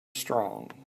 strong